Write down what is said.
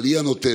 אבל היא הנותנת.